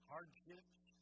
Hardships